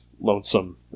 Lonesome